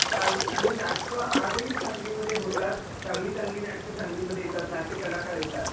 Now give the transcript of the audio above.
सांग आणि नाटकं आजही सांगलीमध्ये होतात चांगली चांगली नाटकं सांगलीमध्ये येतात नाट्य कलाकार येतात